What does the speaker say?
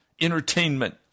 entertainment